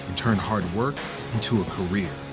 turn hard work into a career.